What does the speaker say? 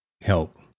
help